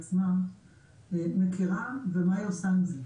יותר מזה,